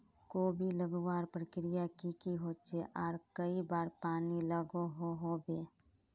कोबी लगवार प्रक्रिया की की होचे आर कई बार पानी लागोहो होबे?